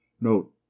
Note